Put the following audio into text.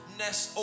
nest